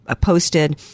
posted